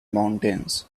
mountains